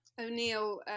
O'Neill